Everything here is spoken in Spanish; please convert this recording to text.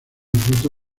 ruta